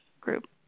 Group